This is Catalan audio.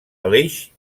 aleix